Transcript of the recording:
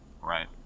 right